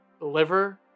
liver